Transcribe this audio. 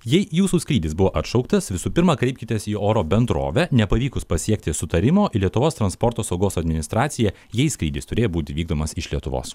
jei jūsų skrydis buvo atšauktas visų pirma kreipkitės į oro bendrovę nepavykus pasiekti sutarimo į lietuvos transporto saugos administraciją jei skrydis turėjo būti įvykdomas iš lietuvos